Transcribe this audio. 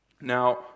Now